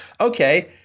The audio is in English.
Okay